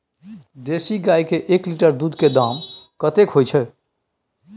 देसी गाय के एक लीटर दूध के दाम कतेक होय छै?